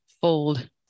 fold